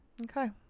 Okay